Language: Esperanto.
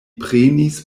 prenis